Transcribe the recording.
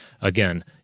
again